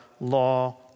law